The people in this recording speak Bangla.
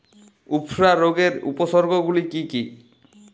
উফরা রোগের উপসর্গগুলি কি কি?